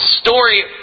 story